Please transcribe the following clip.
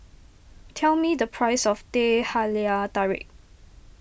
tell me the price of Teh Halia Tarik